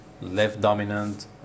left-dominant